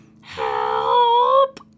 HELP